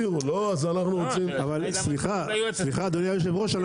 סליחה אדוני היושב ראש,